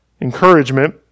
encouragement